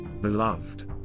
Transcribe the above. beloved